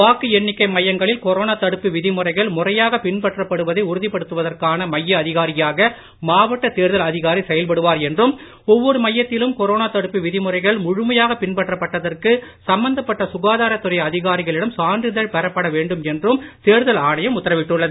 வாக்கு எண்ணிக்கை மையங்களில் கொரோனா தடுப்பு விதிமுறைகள் முறையாக பின்பற்றப்படுவதை உறுதிப்படுத்துவதற்கான மைய அதிகாரியாக மாவட்ட தேர்தல் அதிகாரி செயல்படுவார் என்றும் ஒவ்வொரு மையத்திலும் கொரோனா தடுப்பு விதிமுறைகள் முழுமையாக பின்பற்ற பட்டதற்கு சம்பந்தப்பட்ட சுகாதாரத்துறை அதிகாரிகளிடம் சான்றிதழ் பெறப்பட வேண்டும் என்றும் தேர்தல் ஆணையம் உத்தரவிட்டுள்ளது